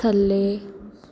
ਥੱਲੇ